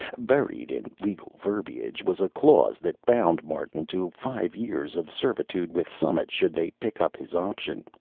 buried in legal verbiage was a clause that bound martin to five years of servitude with summit should they pick up his option.